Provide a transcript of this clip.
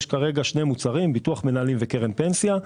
יש כרגע שני מוצרים: ביטוח מנהלים וקרן פנסיה.